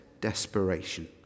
desperation